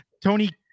Tony